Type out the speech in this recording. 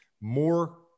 more